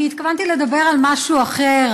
אני התכוונתי לדבר על משהו אחר,